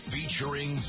Featuring